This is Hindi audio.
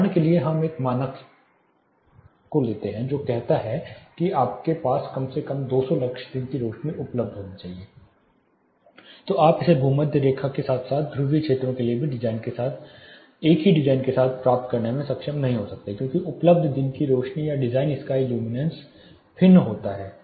उदाहरण के लिए जब एक मानक कहता है कि आपके पास कम से कम 200 लक्स दिन की रोशनी उपलब्ध होना चाहिए तो आप इसे भूमध्य रेखा के साथ साथ ध्रुवीय क्षेत्रों में भी एक ही डिजाइन के साथ प्राप्त करने में सक्षम नहीं हो सकते हैं क्योंकि उपलब्ध दिन की रोशनी या डिज़ाइन स्काई ल्यूमिनेन्स भिन्न होता है